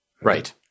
Right